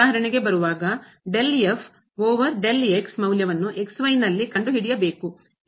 ಉದಾಹರಣೆಗೆ ಬರುವಾಗ del over del ಮೌಲ್ಯವನ್ನು ನಲ್ಲಿ ಕಂಡುಹಿಡಿಯಬೇಕು